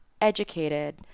educated